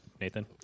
Nathan